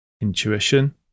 Intuition